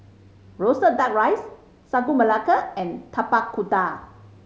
roasted Duck Rice Sagu Melaka and Tapak Kuda